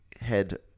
head